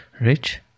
rich